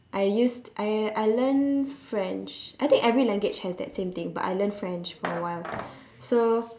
I used I I learned french I think every language have that same thing so I learned french for a while so